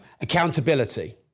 accountability